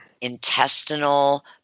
intestinal